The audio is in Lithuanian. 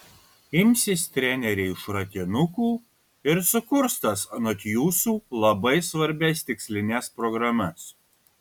imsis treneriai šratinukų ir sukurs tas anot jūsų labai svarbias tikslines programas